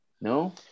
No